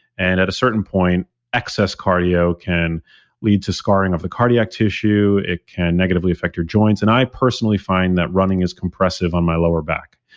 and at a certain point excess cardio can lead to scarring of the cardiac tissue, it can negatively affect your joints and i personally find that running is compressive on my lower back,